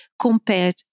compared